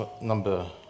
number